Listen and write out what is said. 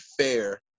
fair